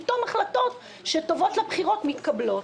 פתאום החלטות שטובות לבחירות מתקבלות.